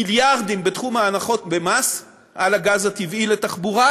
מיליארדים בתחום ההנחות במס על הגז הטבעי לתחבורה,